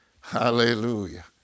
Hallelujah